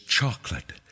chocolate